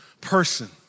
person